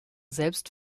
selbst